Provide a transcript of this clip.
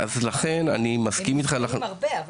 אז לכן אנחנו צריכים --- יש הרבה נפגעים,